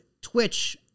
Twitch